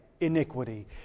iniquity